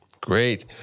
Great